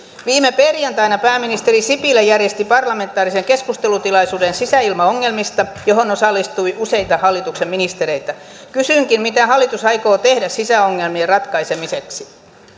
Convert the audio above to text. viime perjantaina pääministeri sipilä järjesti parlamentaarisen keskustelutilaisuuden sisäilmaongelmista johon osallistui useita hallituksen ministereitä kysynkin mitä hallitus aikoo tehdä sisäongelmien ratkaisemiseksi